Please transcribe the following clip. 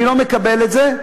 אני לא מקבל את זה.